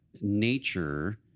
nature